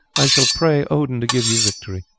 i shall pray odin to give you victory.